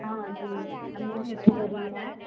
ਹਾਂਜੀ M A ਵੀ ਇੱਥੋਂ ਕਰੀ ਹੈ